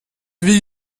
wie